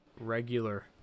Regular